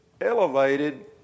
elevated